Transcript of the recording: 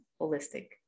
holistic